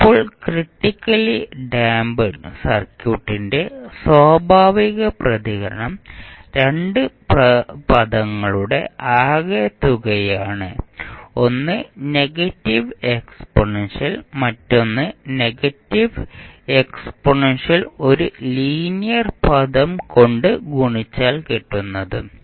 ഇപ്പോൾ critically damp സർക്യൂട്ടിന്റെ സ്വാഭാവിക പ്രതികരണം 2 പദങ്ങളുടെ ആകെത്തുകയാണ് ഒന്ന് നെഗറ്റീവ് എക്സ്പോണൻഷ്യൽ മറ്റൊന്ന് നെഗറ്റീവ് എക്സ്പോണൻഷ്യൽ ഒരു ലീനിയർ പദം കൊണ്ട് ഗുണിച്ചാൽ കിട്ടുന്നതും